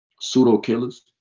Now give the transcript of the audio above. Pseudo-killers